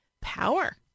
power